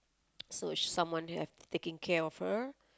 so she's someone have taking care of her